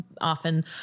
often